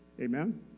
Amen